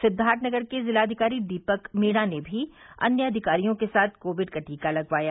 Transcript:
सिद्वार्थनगर के जिलाधिकारी दीपक मीणा ने भी अन्य अधिकारियों के साथ कोविड का टीका लगवाया